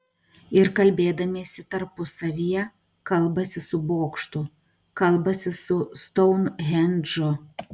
ir kalbėdamiesi tarpusavyje kalbasi su bokštu kalbasi su stounhendžu